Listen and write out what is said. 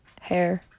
hair